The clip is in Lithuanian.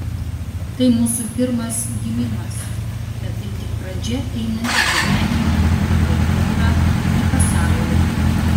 tai mūsų pirmas gimimas bet tai tik pradžia einant į gyvenimą į kultūrą į pasaulį